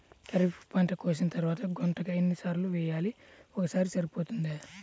ఖరీఫ్ పంట కోసిన తరువాత గుంతక ఎన్ని సార్లు వేయాలి? ఒక్కసారి సరిపోతుందా?